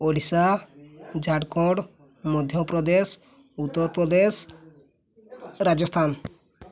Odisha Jharkhand Madhya Pradesh Uttar Pradesh Rajasthan